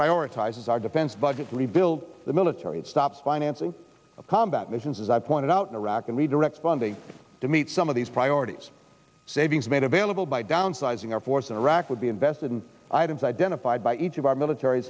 prioritize our defense budget leave build the military stop financing of combat missions as i've pointed out in iraq and redirect funding to meet some of these priorities savings made available by downsizing our force in iraq would be invested in items identified by each of our military